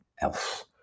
else